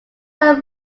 are